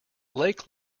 lake